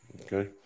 Okay